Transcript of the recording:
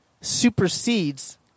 supersedes